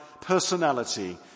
personality